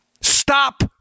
Stop